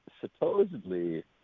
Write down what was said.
supposedly